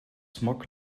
smog